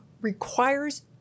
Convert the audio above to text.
requires